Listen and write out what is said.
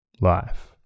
life